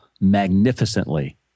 magnificently